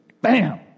bam